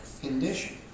condition